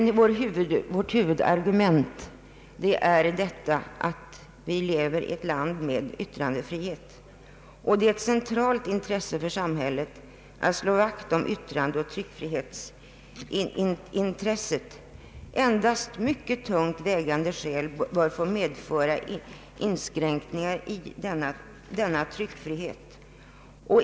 Vårt huvudargument är dock att vi lever i ett land med yttrandefrihet, och det är ett centralt intresse för samhället att slå vakt om yttrandeoch tryckfrihet. Endast mycket tungt vägande skäl bör få medföra inskränkningar i tryckfriheten.